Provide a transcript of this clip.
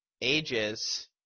ages